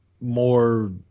more